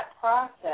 process